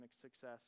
success